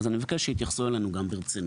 אז אני מבקש שגם יתייחסו אלינו ברצינות.